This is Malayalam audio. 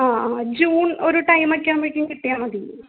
ആ ആ ജൂൺ ഒരു ടൈമൊക്കെ ആകുമ്പഴേക്കും കിട്ടിയാൽ മതി